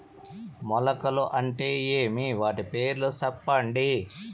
మొలకలు అంటే ఏమి? వాటి పేర్లు సెప్పండి?